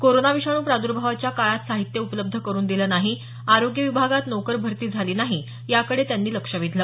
corona विषाणू प्रादर्भावाच्या काळात साहित्य उपलब्ध करुन दिलं नाही आरोग्य विभागात नोकर भरती झाली नाही याकडे त्यांनी लक्ष वेधलं